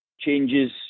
changes